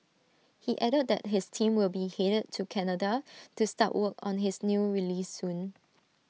he added that his team will be headed to Canada to start work on his new release soon